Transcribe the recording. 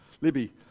Libby